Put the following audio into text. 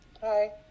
Hi